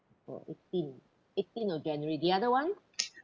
oh eighteen eighteen of january the other one